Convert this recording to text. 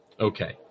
Okay